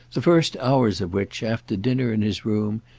the first hours of which, after dinner, in his room,